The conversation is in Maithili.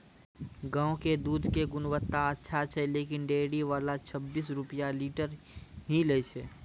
गांव के दूध के गुणवत्ता अच्छा छै लेकिन डेयरी वाला छब्बीस रुपिया लीटर ही लेय छै?